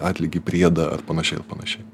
atlygį priedą ar panašiai ar panašiai